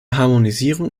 harmonisierung